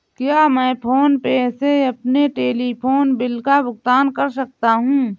क्या मैं PhonePe से अपने टेलीफोन बिल का भुगतान कर सकता हूँ?